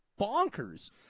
bonkers